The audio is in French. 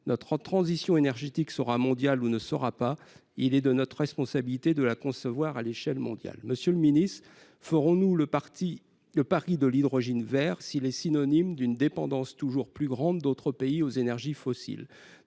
Notre transition énergétique sera mondiale ou ne sera pas. Il est de notre responsabilité de la concevoir à l'échelle mondiale. Monsieur le ministre, ferons-nous le pari de l'hydrogène vert s'il implique une dépendance toujours plus grande d'autres pays aux énergies fossiles ?